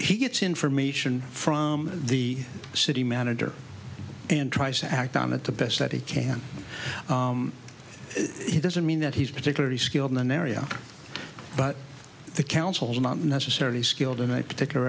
he gets information from the city manager and tries to act on it the best that he can he doesn't mean that he's particularly skilled in an area but the councils are not necessarily skilled in a particular